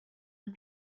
had